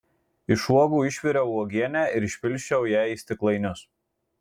iš uogų išviriau uogienę ir išpilsčiau ją į stiklainius